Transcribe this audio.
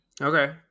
Okay